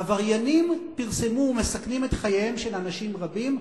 עבריינים פרסמו ומסכנים את חייהם של אנשים רבים,